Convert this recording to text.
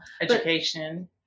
Education